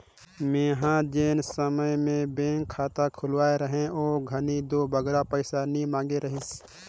मेंहा जेन समे में बेंक खाता खोलवाए रहें ओ घनी दो बगरा पइसा नी मांगे रहिस